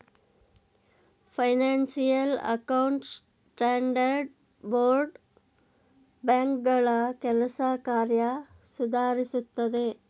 financial account standard board ಬ್ಯಾಂಕ್ಗಳ ಕೆಲಸ ಕಾರ್ಯ ಸುಧಾರಿಸುತ್ತದೆ